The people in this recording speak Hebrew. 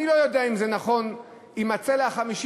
אני לא יודע אם זה נכון, אם הצלע החמישית